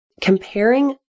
comparing